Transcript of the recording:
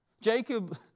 Jacob